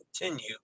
continue